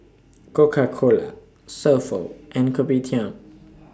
Coca Cola So Pho and Kopitiam